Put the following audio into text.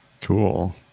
Cool